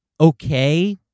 okay